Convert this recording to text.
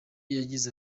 yagize